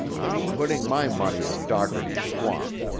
i'm putting my money on dockerty's swamp.